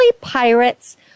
pirates